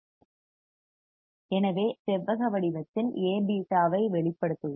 எனவே செவ்வக வடிவத்தில் A β ஐ வெளிப்படுத்துவோம்